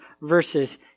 verses